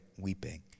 weeping